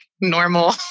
normal